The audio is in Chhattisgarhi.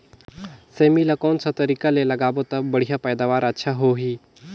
सेमी ला कोन सा तरीका ले लगाबो ता बढ़िया पैदावार अच्छा होही?